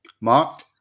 Mark